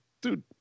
dude